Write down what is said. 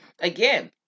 Again